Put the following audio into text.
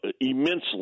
immensely